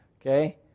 Okay